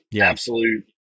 absolute